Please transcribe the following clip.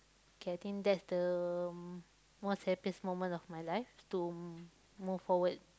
K I think that's the most happiest moment of my life to move forward